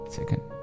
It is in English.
Second